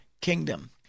kingdom